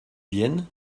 viennent